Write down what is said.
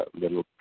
little